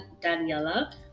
Daniela